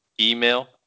Email